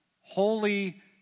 Holy